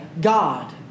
God